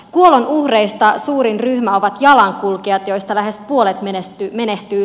kuolonuhreista suurin ryhmä ovat jalankulkijat joista lähes puolet menehtyy suojatiellä